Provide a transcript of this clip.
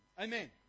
Amen